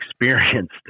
experienced